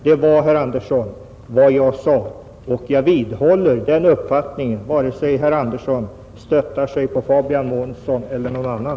Det var, herr Andersson, vad jag sade, och jag vidhåller den uppfattningen vare sig herr Andersson stöttar sig på Fabian Månsson eller någon annan.